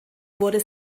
wurde